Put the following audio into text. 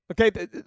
Okay